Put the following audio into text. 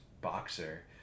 boxer